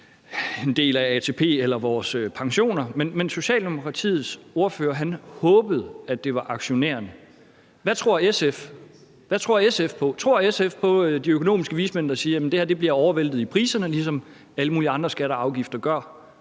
med ATP-bidrag eller vores pensioner. Socialdemokratiets ordfører håbede altså, at det var aktionærerne. Hvad tror SF på? Tror SF på de økonomiske vismænd, der siger, at det her bliver overvæltet i priserne, ligesom alle mulige andre skatter og afgifter gør,